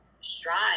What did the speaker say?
strive